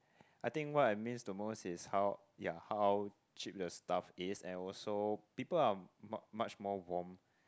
I think what I miss the most is how ya how cheap the stuff is and also people are much more warm